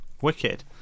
Wicked